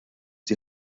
die